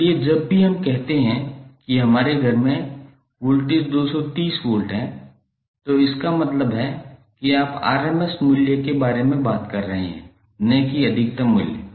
इसलिए जब भी हम कहते हैं कि हमारे घर में वोल्टेज 230 वोल्ट है तो इसका मतलब है कि आप आरएमएस मूल्य के बारे में बात कर रहे हैं न कि अधिकतम मूल्य